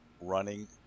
running